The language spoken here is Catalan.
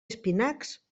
espinacs